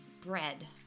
bread